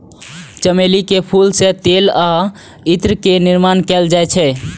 चमेली के फूल सं तेल आ इत्र के निर्माण कैल जाइ छै